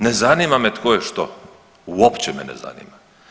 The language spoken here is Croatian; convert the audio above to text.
Ne zanima me tko je što, uopće me ne zanima.